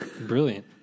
Brilliant